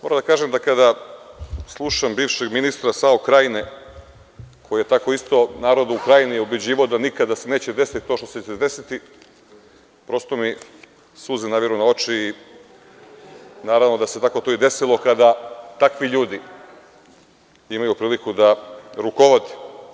Moram da kažem da kada slušam bivšeg ministra SAO Krajine, koji je tako isto narod u Krajni ubeđivao da nikada se neće desiti to što će se desiti, prosto mi suze naviru na oči i naravno da se tako to i desilo kada takvi ljudi imaju priliku da rukovode.